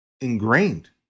ingrained